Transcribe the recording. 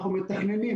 אנחנו מתכננים,